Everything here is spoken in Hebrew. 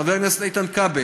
חבר הכנסת איתן כבל,